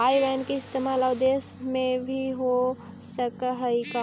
आई ban के इस्तेमाल आउ देश में भी हो सकऽ हई का?